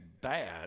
bad